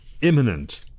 imminent